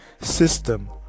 system